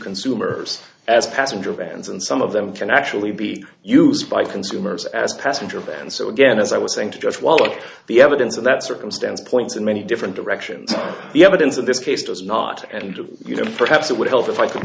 consumers as passenger vans and some of them can actually be used by consumers as passengers and so again as i was saying to just what the evidence of that circumstance points in many different directions the evidence in this case does not and you know perhaps it would help if i could